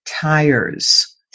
tires